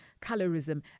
colorism